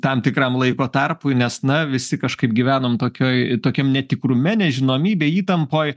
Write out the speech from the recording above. tam tikram laiko tarpui nes na visi kažkaip gyvenom tokioj tokiam netikrum nežinomybėj įtampoj